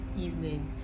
evening